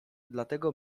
dlatego